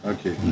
Okay